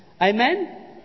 Amen